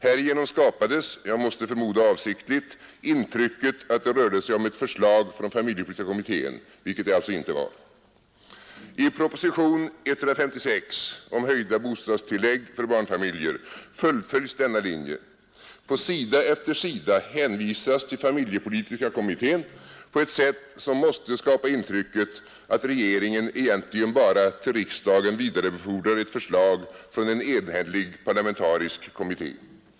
Härigenom skapades — jag måste förmoda, avsiktligt — intrycket att det rörde sig om ett förslag från familjepolitiska kommittén, vilket det alltså inte var. I propositionen 156 om höjda bostadstillägg för barnfamiljer fullföljs denna linje. På sida efter sida hänvisas till familjepolitiska kommittén på ett sätt som måste skapa intrycket att regeringen egentligen bara till riksdagen vidarebefordrar ett förslag från en enhällig parlamentarisk kommitté.